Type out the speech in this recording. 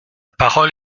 parole